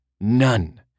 None